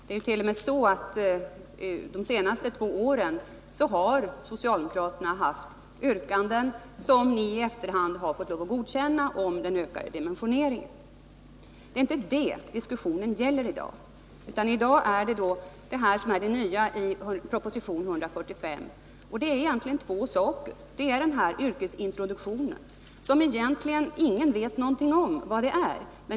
De senaste två åren har socialdemokraterna t.o.m. ställt yrkanden om ökad dimensionering som ni i efterhand har fått lov att acceptera. Det är inte det diskussionen gäller i dag, utan det som är det nya i proposition 145. Det är egentligen två ting. Det ena är yrkesintroduktionen, som ingen vet vad det är.